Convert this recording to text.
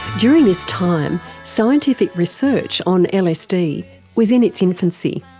during this time, scientific research on lsd was in its infancy.